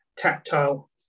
tactile